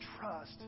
trust